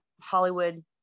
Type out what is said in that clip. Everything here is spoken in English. Hollywood